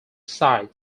site